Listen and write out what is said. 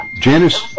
Janice